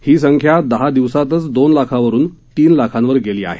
ही संख्या दहा दिवसांतच दोन लाखावरून तीन लाखांवर गेली आहे